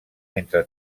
entre